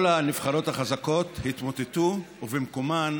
כל הנבחרות החזקות התמוטטו, ובמקומן